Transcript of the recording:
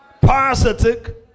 Parasitic